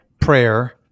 prayer